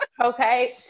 okay